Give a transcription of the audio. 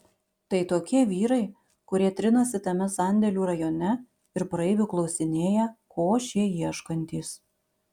tai tokie vyrai kurie trinasi tame sandėlių rajone ir praeivių klausinėja ko šie ieškantys